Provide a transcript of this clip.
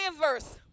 verse